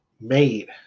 made